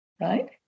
right